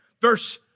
Verse